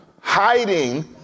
Hiding